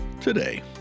today